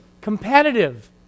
competitive